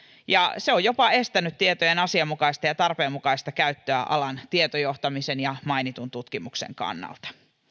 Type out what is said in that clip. ja se on jopa estänyt tietojen asianmukaista ja tarpeenmukaista käyttöä alan tietojohtamisen ja mainitun tutkimuksen kannalta